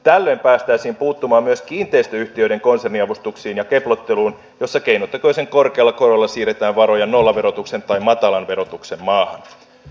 tällöin päästäisiin puuttumaan myös kiinteistöyhtiöiden konserniavustuksiin ja keplotteluun jossa keinotekoisen korkealla korolla siirretään varoja nollaverotuksen tai matalan verotuksen maahan